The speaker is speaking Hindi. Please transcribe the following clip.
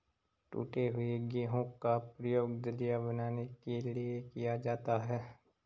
टूटे हुए गेहूं का प्रयोग दलिया बनाने के लिए किया जाता है